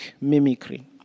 mimicry